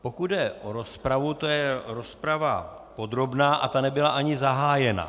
Pokud jde o rozpravu, to je rozprava podrobná a ta nebyla ani zahájena.